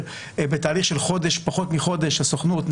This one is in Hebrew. בתהליך של פחות מחודש הסוכנות,